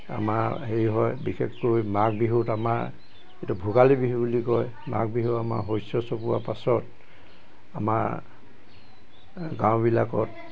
আমাৰ সেই হয় বিশেষকৈ মাঘ বিহুত আমাৰ এইটো ভোগালী বিহু বুলি কয় মাঘ বিহু আমাৰ শস্য চপোৱা পাছত আমাৰ গাঁওবিলাকত